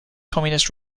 communist